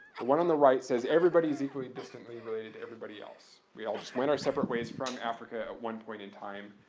the one on the right says, everybody is equally distantly related to everybody else. we all just went our separate ways from africa at one point in time.